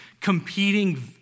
competing